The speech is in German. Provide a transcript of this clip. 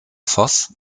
voss